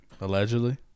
Allegedly